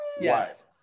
Yes